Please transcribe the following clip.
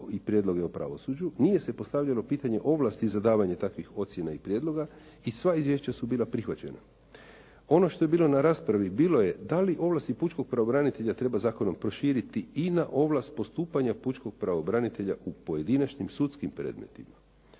i prijedloge o pravosuđu, nije se postavljalo pitanje ovlasti za davanje takvih ocjena i prijedloga i sva izvješća su bila prihvaćena. Ono što je bilo na raspravi bilo je da li ovlasti Pučkog pravobranitelja treba zakonom proširiti i na ovlast postupanja Pučkog pravobranitelja u pojedinačnim sudskim predmetima.